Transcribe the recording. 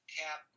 cap